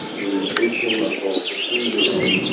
the eighteen month old, the three-year-old,